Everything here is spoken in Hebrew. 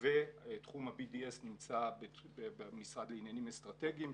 ותחום ה-BDS נמצא במשרד לעניינים אסטרטגיים,